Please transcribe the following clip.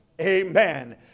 Amen